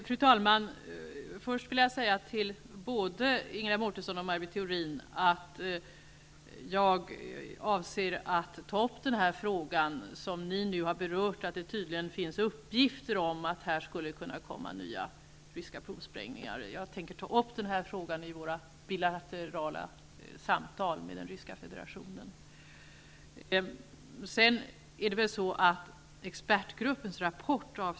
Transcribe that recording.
Fru talman! Jag har för avsikt, Ingela Mårtensson och Maj Britt Theorin, att ta upp den fråga som ni nu har berört, nämligen om att det finns uppgifter om nya ryska provsprängningar, i våra bilaterala samtal med den ryska federationen. Jag avser inte att låta trycka om expertgruppens rapport.